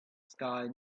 sky